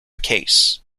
case